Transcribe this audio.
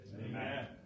Amen